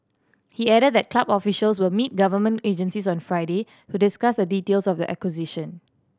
he added that club officials will meet government agencies on Friday to discuss the details of the acquisition